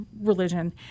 religion